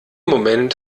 moment